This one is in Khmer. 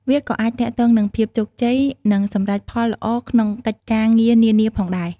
វាក៏អាចទាក់ទងនឹងភាពជោគជ័យ និងសម្រេចផលល្អក្នុងកិច្ចការងារនានាផងដែរ។